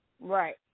Right